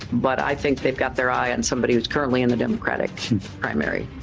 but i think they've got their eye on somebody who's currently in the democratic primary,